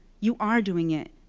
you are doing it.